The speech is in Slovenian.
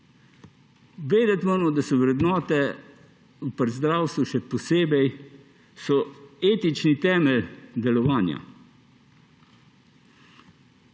Vedeti moramo, da so vrednote, pri zdravstvu še posebej, etični temelj delovanja.